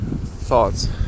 thoughts